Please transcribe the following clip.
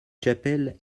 chapelle